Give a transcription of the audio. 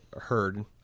heard